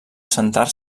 assentar